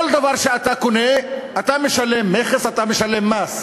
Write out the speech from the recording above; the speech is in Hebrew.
על כל דבר שאתה קונה אתה משלם מכס, אתה משלם מס,